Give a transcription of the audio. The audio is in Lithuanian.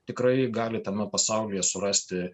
tikrai gali tame pasaulyje surasti